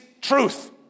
truth